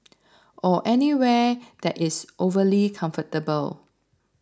or anywhere that is overly comfortable